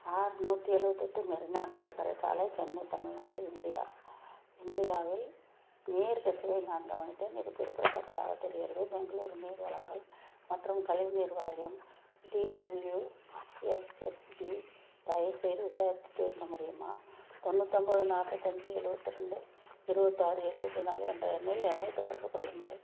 ஆறுநூத்தி எழுவத்தெட்டு மெரினா கடற்கரை சாலை சென்னை தமிழ்நாடு இந்தியா இந்தியாவில் நீர் கசிவை நான் கவனித்தேன் இது குறிப்பிடத்தக்கதாகத் தெரிகிறது பெங்களூரு நீர் வழங்கல் மற்றும் கழிவுநீர் வாரியம் பிடபிள்யூஎஸ்எஸ்பி தயவுசெய்து விசாரித்து தீர்க்க முடியுமா தொண்ணூத்தொம்பது நாப்பத்தஞ்சு எழுவத்தி ரெண்டு இருபத்தாறு எழுவத்தி நாலு என்ற எண்ணில் என்னைத் தொடர்பு கொள்ளுங்கள்